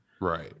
Right